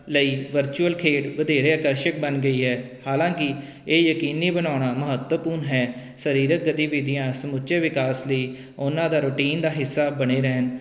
ਲਈ ਵਰਚੁਅਲ ਖੇਡ ਵਧੇਰੇ ਆਕਰਸ਼ਕ ਬਣ ਗਈ ਹੈ ਹਾਲਾਂਕਿ ਇਹ ਯਕੀਨੀ ਬਣਾਉਣਾ ਮਹੱਤਵਪੂਰਨ ਹੈ ਸਰੀਰਕ ਗਤੀਵਿਧੀਆਂ ਸਮੁੱਚੇ ਵਿਕਾਸ ਲਈ ਉਹਨਾਂ ਦਾ ਰੂਟੀਨ ਦਾ ਹਿੱਸਾ ਬਣੇ ਰਹਿਣ